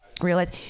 realize